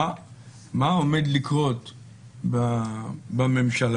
מה עומד לקרות בממשלה,